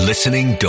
Listening